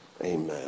Amen